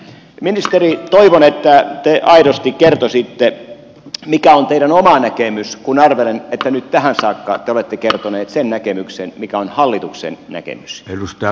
ministeri toivon että te aidosti kertoisitte mikä on teidän oma näkemyksenne kun arvelen että nyt tähän saakka te olette kertonut sen näkemyksen mikä on hallituksen näkemys